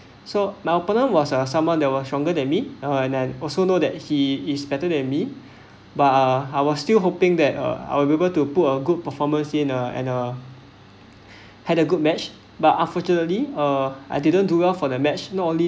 so my opponent was a someone that was stronger than me uh and then also know that he is better than me but uh I was still hoping that uh I'll be able to put a good performance in a and a had a good match but unfortunately uh I didn't do well for the match not only